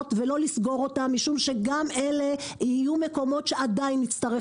המכולות ולא לסגור אותן משום שגם אלה יהיו מקומות שנצטרך.